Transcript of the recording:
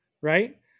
right